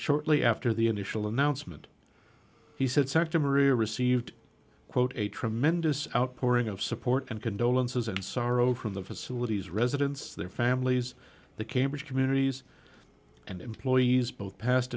shortly after the initial announcement he said sector maria received quote a tremendous outpouring of support and condolences and sorrow from the facilities residents their families the cambridge communities and employees both pas